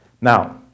Now